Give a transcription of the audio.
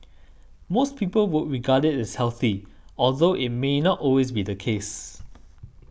most people would regard its healthy although it may not always be the case